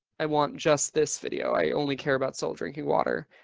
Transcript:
i want just this video, i only care about soul drinking water.